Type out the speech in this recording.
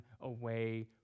away